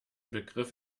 begriff